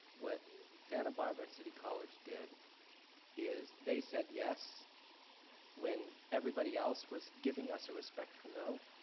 what santa barbara city college did is they said yes when everybody else was giving us a respectful no.